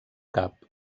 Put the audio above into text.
cap